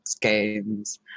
games